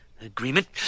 agreement